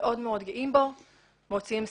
מאוד גאים במחבל,